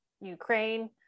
Ukraine